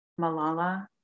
Malala